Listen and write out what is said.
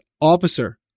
officer